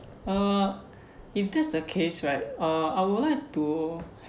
uh if that's the case right uh I would like to ha~